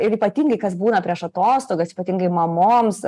ir ypatingai kas būna prieš atostogas ypatingai mamoms